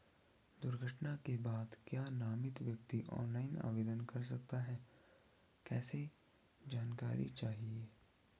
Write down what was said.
दुर्घटना के बाद क्या नामित व्यक्ति ऑनलाइन आवेदन कर सकता है कैसे जानकारी चाहिए?